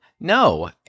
No